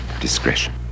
discretion